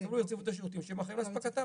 יקבלו ברציפות את השירותים שהם אחראים לאספקת,